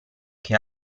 che